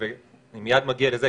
אני מייד מגיע לזה.